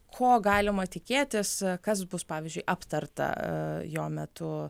ko galima tikėtis kas bus pavyzdžiui aptarta a jo metu